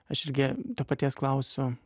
aš irgi to paties klausiu